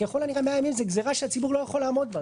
ככל הנראה 100 ימים זו גזרה שהציבור לא יכול לעמוד בה.